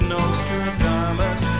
Nostradamus